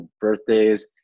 birthdays